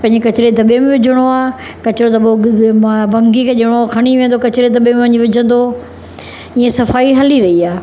पंहिंजे कचरे दबे में विझणो आहे कचरो दबो मां भंगी के ॾियणो खणी वेंदो कचरे जे दबे में वञी विझंदो ईअं सफ़ाई हली रही आहे